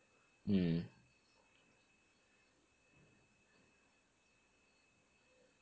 mm